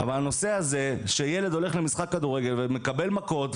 אבל הנושא הזה שילד הולך למשחק כדורגל ומקבל מכות,